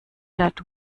that